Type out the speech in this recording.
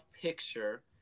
picture